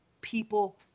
people